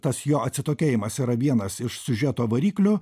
tas jo atsitokėjimas yra vienas iš siužeto variklių